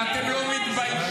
-- ואתם לא מתביישים.